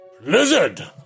Lizard